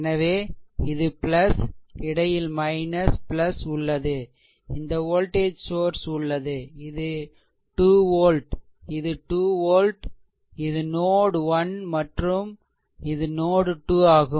எனவே இது இடையில் உள்ளது இந்த வோல்டேஜ் சோர்ஸ் உள்ளது இது 2 வோல்ட் இது 2 வோல்ட் இது நோட் 1 மற்றும் இது நோட் 2 ஆகும்